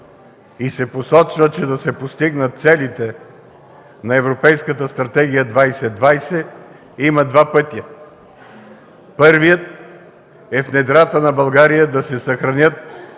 Вас. Посочва се, че за да се постигнат целите на Европейската стратегия 2020, има два пътя. Първият е в недрата на България да се съхранят